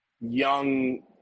young